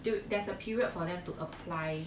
有 there's a period for them to apply